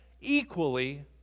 equally